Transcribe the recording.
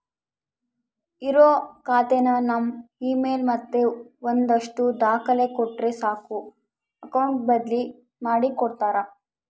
ಇರೋ ಖಾತೆನ ನಮ್ ಇಮೇಲ್ ಮತ್ತೆ ಒಂದಷ್ಟು ದಾಖಲೆ ಕೊಟ್ರೆ ಸಾಕು ಅಕೌಟ್ ಬದ್ಲಿ ಮಾಡಿ ಕೊಡ್ತಾರ